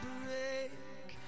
break